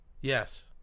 Yes